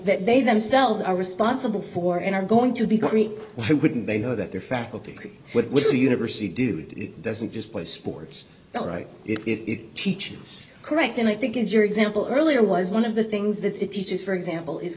that they themselves are responsible for and are going to be great wouldn't they know that their faculty with the university do it doesn't just play sports well right it teaches correct and i think as your example earlier was one of the things that it teaches for example is